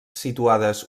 situades